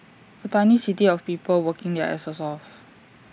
A tiny city of people working their asses off